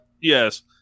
Yes